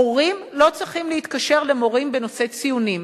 הורים לא צריכים להתקשר למורים בנושא ציונים.